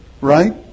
Right